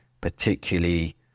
particularly